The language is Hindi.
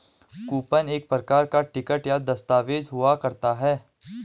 कूपन एक प्रकार का टिकट या दस्ताबेज हुआ करता है